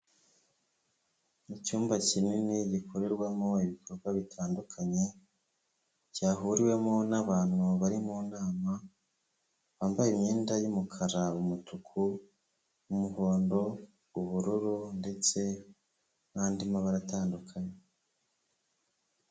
Icyumba kinini gikorerwamo ibikorwa bitandukanye cyahuriwemo n'abantu bari mu nama bambaye imyenda y'umukara, umutuku, umuhondo, ubururu ndetse n'andi mabara atandukanye.